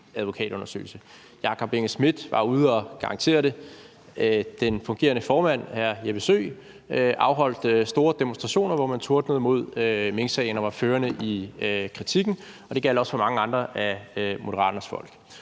advokatundersøgelse. Hr. Jakob Engel-Schmidt var ude at garantere det, og den fungerende formand, hr. Jeppe Søe, afholdt store demonstrationer, hvor man tordnede mod minksagen og var førende i kritikken, og det gjaldt også for mange andre af Moderaternes folk.